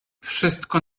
wszystko